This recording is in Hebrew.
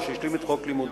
או שהשלים את חובת לימודיו.